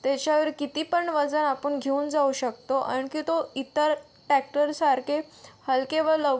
त्याच्यावर कितीपण वजन आपण घेऊन जाऊ शकतो आणखी तो इतर ट्रॅक्टरसारखे हलके व लवकर